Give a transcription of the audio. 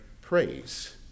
praise